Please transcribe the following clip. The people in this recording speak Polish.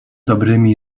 dobrymi